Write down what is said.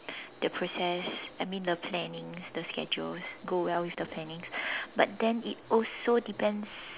the process I mean the plannings the schedules go well with the plannings but then it also depends